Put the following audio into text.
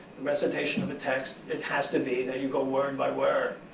recitation of a text, it has to be that you go word by word.